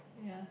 ya